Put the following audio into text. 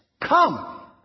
Come